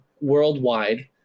worldwide